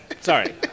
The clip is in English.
Sorry